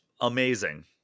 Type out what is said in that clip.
amazing